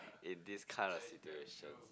in this kind of situation